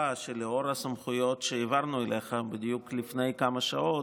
שלאור הסמכויות שהעברנו אליך בדיוק לפני כמה שעות,